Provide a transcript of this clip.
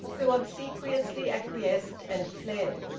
who obsequiously acquiesced and fled,